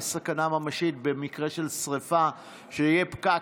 יש סכנה ממשית שבמקרה של שרפה יהיה פקק